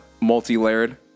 multi-layered